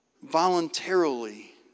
voluntarily